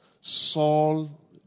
Saul